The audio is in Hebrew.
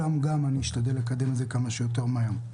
גם שם אני אשתדל לקדם את זה כמה שיותר מהר.